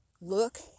look